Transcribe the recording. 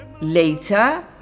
Later